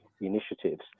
initiatives